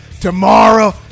tomorrow